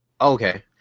okay